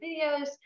videos